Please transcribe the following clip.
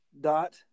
dot